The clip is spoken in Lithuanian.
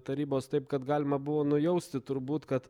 tarybos taip kad galima buvo nujausti turbūt kad